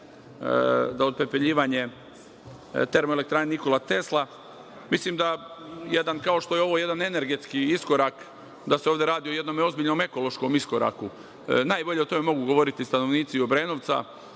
za otpepeljivanje TE „Nikola Tesla“. Mislim da, kao što je ovo jedan energetski iskorak, se ovde radi o jednom ozbiljnom ekološkom iskoraku. Najbolje o tome mogu govoriti stanovnici Obrenovca